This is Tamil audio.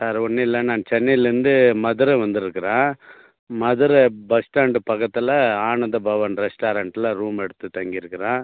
சார் ஒன்றும் இல்லை நான் சென்னையிலேந்து மதுரை வந்துருக்குறேன் மதுரை பஸ் ஸ்டாண்டு பக்கத்தில் ஆனந்தபவன் ரெஸ்ட்டாரண்ட்டில் ரூம் எடுத்து தங்கிருக்குறேன்